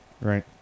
right